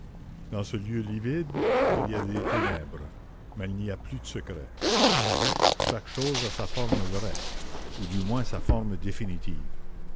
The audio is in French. dans ce lieu livide il y a des ténèbres mais il n'y a plus de secrets chaque chose a sa forme vraie ou du moins sa forme définitive